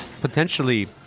potentially